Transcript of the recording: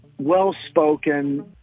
well-spoken